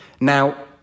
Now